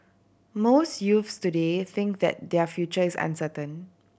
most youths today think that their future is uncertain